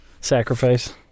sacrifice